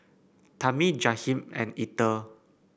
Tami Jahiem and Ether